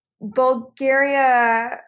Bulgaria